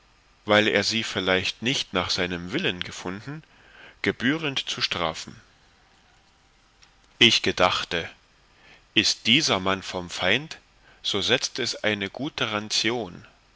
weil er sie vielleicht nicht nach seinem willen gefunden gebührend zu strafen ich gedachte ist dieser mann vom feind so setzt es eine gute ranzion